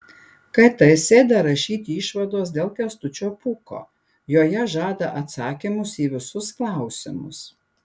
kt sėda rašyti išvados dėl kęstučio pūko joje žada atsakymus į visus klausimus